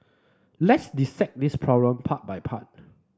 let's dissect this problem part by part